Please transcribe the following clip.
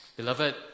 Beloved